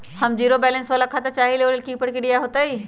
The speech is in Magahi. हम जीरो बैलेंस वाला खाता चाहइले वो लेल की की प्रक्रिया होतई?